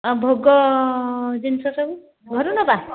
ଆଉ ଭୋଗ ଜିନିଷ ସବୁ ଘରୁ ନେବା